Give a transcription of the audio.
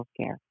healthcare